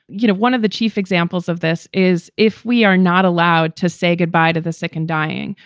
you know, one of the chief examples of this is if we are not allowed to say goodbye to the sick and dying,